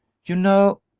you know,